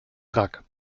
wrack